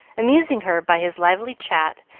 amusing her by his lively chat,